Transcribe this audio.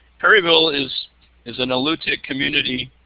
perryville is is an alutiiq community